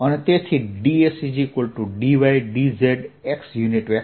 તેથી ds dydzxછે